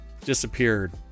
disappeared